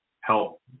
help